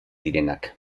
direnak